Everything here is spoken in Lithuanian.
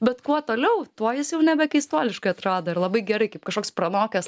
bet kuo toliau tuo jis jau nebe keistuoliškai atrodo ir labai gerai kaip kažkoks pranokęs